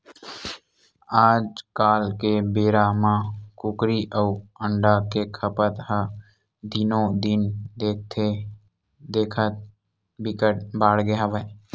आजकाल के बेरा म कुकरी अउ अंडा के खपत ह दिनो दिन देखथे देखत बिकट बाड़गे हवय